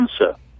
answer